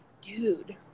dude